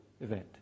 event